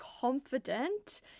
confident